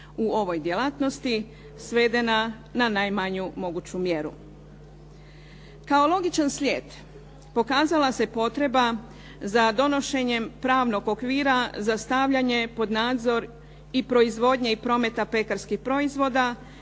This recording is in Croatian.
u ovoj djelatnosti svedena na najmanju moguću mjeru. Kao logičan slijed pokazala se potreba za donošenjem pravnog okvira za stavljanje pod nadzor i proizvodnje i prometa pekarskih proizvoda